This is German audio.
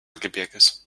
gebirges